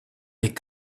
des